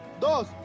dos